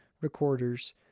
recorders